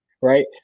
right